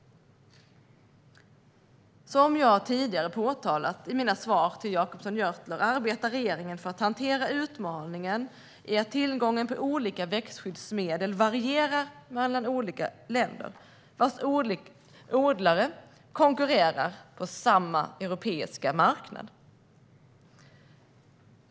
Som jag tidigare har påpekat i mina svar till Jacobsson Gjörtler arbetar regeringen för att hantera utmaningen i att tillgången på olika växtskyddsmedel varierar mellan olika länder vars odlare konkurrerar på samma europeiska marknad.